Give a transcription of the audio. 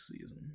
season